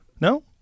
No